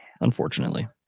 unfortunately